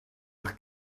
eich